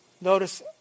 Notice